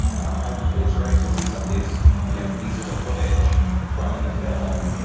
i mean it's great to see some of these you know pieces of footage from the film.